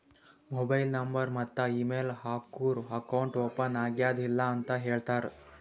mobile number ಮತ್ತ email ಹಾಕೂರ್ account open ಆಗ್ಯಾದ್ ಇಲ್ಲ ಅಂತ ಹೇಳ್ತಾರ್